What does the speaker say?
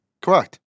Correct